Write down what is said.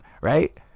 right